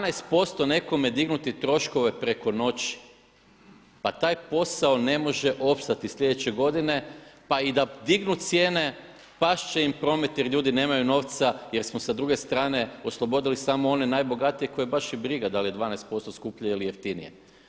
12% nekome dignuti troškove preko noći, pa taj posao ne može opstati sljedeće godine pa i da dignu cijene past će im promet jer ljudi nemaju novca jer smo s druge strane oslobodili samo one najbogatije koje baš i briga da li je 12% skuplje ili jeftinije.